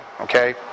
okay